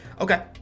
Okay